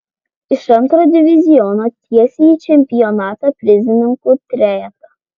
iš antro diviziono tiesiai į čempionato prizininkų trejetą